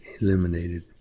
eliminated